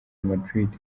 madrid